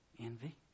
Envy